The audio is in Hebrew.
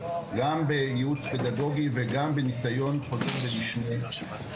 גם בייעוץ פדגוגי וגם בניסיון חוזר ונשנה שלנו.